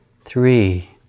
three